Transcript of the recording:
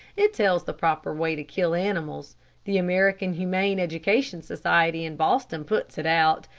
it tells the proper way to kill animals the american humane education society in boston puts it out,